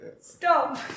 Stop